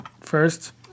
first